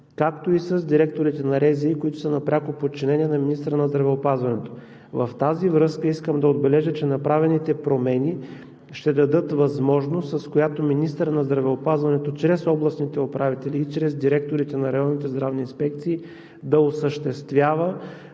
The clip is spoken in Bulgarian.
както и с директорите на РЗИ, които са на пряко подчинение на министъра на здравеопазването. В тази връзка искам да отбележа, че направените промени ще дадат възможност, с която министърът на здравеопазването чрез областните управители и чрез директорите на районните здравни инспекции да осъществява